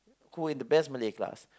who were in the best Malay class